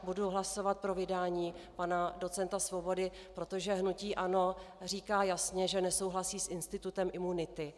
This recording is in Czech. Budu hlasovat pro vydání pana docenta Svobody, protože hnutí ANO říká jasně, že nesouhlasí s institutem imunity.